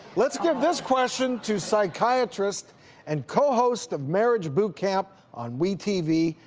let's give this question to psychiatrist and co-host of marriage bootcamp on we tv,